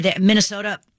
Minnesota